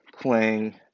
playing